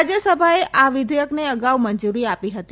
રાજ્યસભાએ આ વિધેયકને અગાઉ મંજુરી આપી હતી